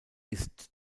ist